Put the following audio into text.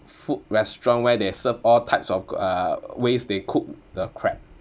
food restaurant where they serve all types of c~ uh ways they cook the crab